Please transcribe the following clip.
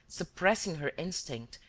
suppressing her instinct,